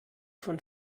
von